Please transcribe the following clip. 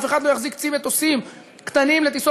אף אחד לא יחזיק צי מטוסים קטנים לטיסות